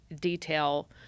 detail